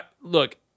look